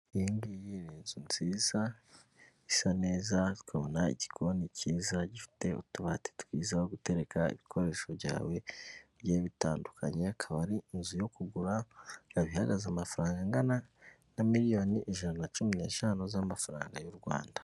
Iyi ngiyi ni inzu nziza isa neza ukabona igikoni cyiza gifite utubati twiza aho gutereka ibikoresho byawe bigiye bitandukanye, akaba ari inzu yo kugura, ikaba ihagaza amafaranga angana na miliyoni ijana na cumi n'eshanu z'amafaranga y'u Rwanda.